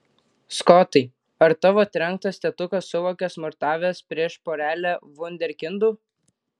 skotai ar tavo trenktas tėtukas suvokė smurtavęs prieš porelę vunderkindų